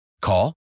Call